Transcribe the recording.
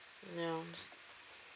norms